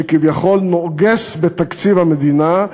שכביכול נוגס בתקציב המדינה,